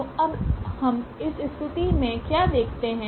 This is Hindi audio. तो अब हम इस स्थिति में क्या देखते हैं